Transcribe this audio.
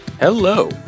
Hello